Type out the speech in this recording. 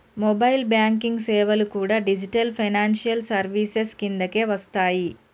mobile banking సేవలు కూడా digital financial services కిందకే వస్తయ్యి